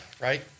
right